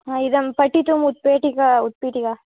हा इदं पठितुम् उत्पीठिका उत्पीठिका